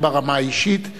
לא ברמה האישית,